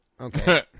Okay